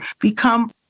become